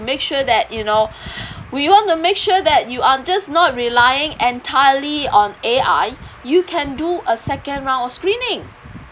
make sure that you know we want to make sure that you are just not relying entirely on A_I you can do a second round of screening